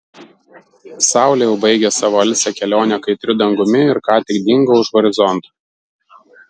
saulė jau baigė savo alsią kelionę kaitriu dangumi ir ką tik dingo už horizonto